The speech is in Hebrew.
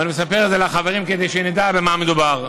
ואני מספר את זה לחברים כדי שנדע במה מדובר.